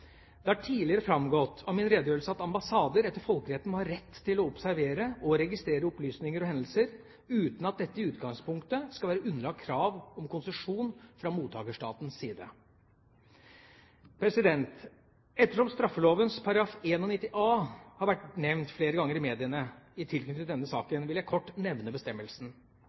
Det har tidligere framgått av min redegjørelse at ambassader etter folkeretten har rett til å observere og å registrere opplysninger og hendelser, uten at dette i utgangspunktet skal være underlagt krav om konsesjon fra mottakerstatens side. Ettersom straffeloven § 91 a har vært nevnt flere ganger i mediene i tilknytning til denne saken, vil jeg kort nevne bestemmelsen.